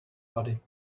body